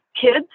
kids